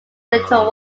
little